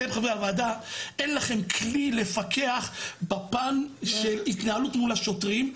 אתם חברי הוועדה אין לכם כלי לפקח בפן של התנהלות מול השוטרים.